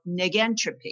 negentropy